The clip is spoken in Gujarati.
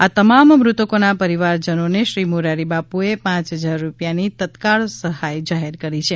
આ તમામ મૃતકોના પરિવારજનોને શ્રી મોરારીબાપુએ પાંચ હજાર રૂપિયાની તત્કાળ સહાય જાહેર કરી છે